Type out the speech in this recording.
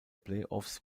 playoffs